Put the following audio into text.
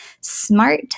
SMART